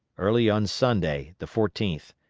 early on sunday, the fourteenth,